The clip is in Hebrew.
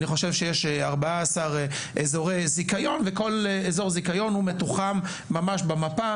אני חושב שיש 14 אזורי זיכיון וכל אזור זיכיון הוא מתוחם ממש במפה,